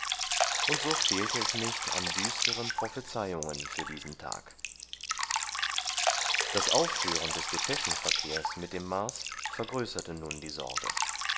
und so fehlte es nicht an düsteren prophezeiungen für diesen tag das aufhören des depeschenverkehrs mit dem mars vergrößerte nun die sorge